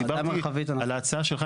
דיברתי על ההצעה שלך,